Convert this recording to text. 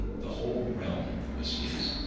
the whole realm was his.